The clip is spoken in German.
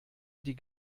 die